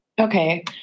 Okay